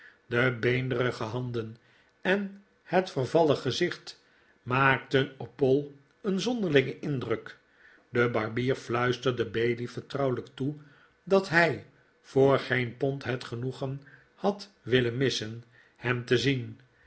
de beenderige handen en het vervallen gezicht maakten op poll een zonderlingen indruk de barbier fluisterde bailey vertrouwelijk toe dat hij voor geen pond het genoegen had willen missen hem te zien